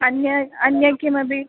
अन्य अन्य किमपि